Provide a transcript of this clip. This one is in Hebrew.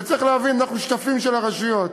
וצריך להבין, אנחנו שותפים של הרשויות,